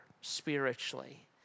spiritually